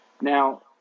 Now